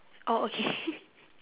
oh okay